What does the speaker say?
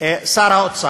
שר האוצר.